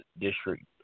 district